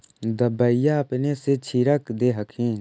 दबइया अपने से छीरक दे हखिन?